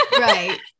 Right